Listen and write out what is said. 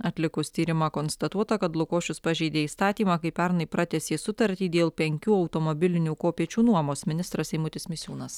atlikus tyrimą konstatuota kad lukošius pažeidė įstatymą kai pernai pratęsė sutartį dėl penkių automobilinių kopėčių nuomos ministras eimutis misiūnas